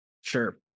sure